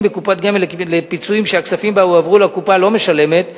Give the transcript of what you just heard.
בקופת גמל לפיצויים שהכספים בה הועברו לקופה לא משלמת,